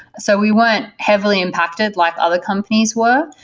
so we weren't heavily impacted like other companies were,